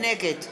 נגד